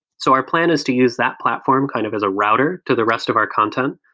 so our plan is to use that platform kind of as a router to the rest of our content.